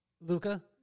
Luca